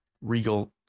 regal